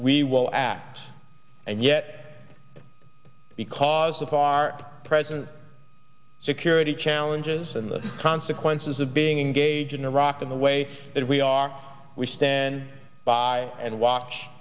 we will act and yet because the part present security challenges and the consequences of being engage in iraq in the way that we are we stand by and watch